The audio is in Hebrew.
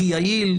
הכי יעיל.